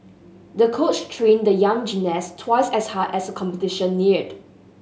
the coach trained the young gymnast twice as hard as competition neared